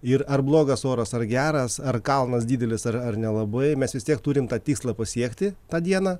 ir ar blogas oras ar geras ar kalnas didelis ar ar nelabai mes vis tiek turim tą tikslą pasiekti tą dieną